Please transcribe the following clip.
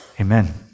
Amen